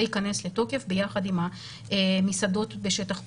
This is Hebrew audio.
יכנס לתוקף ביחד עם המסעדות בשטח פתוח,